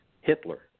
Hitler